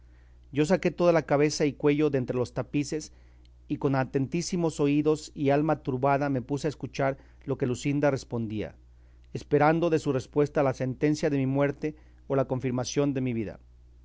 yo saqué toda la cabeza y cuello de entre los tapices y con atentísimos oídos y alma turbada me puse a escuchar lo que luscinda respondía esperando de su respuesta la sentencia de mi muerte o la confirmación de mi vida